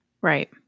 Right